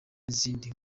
n’izindi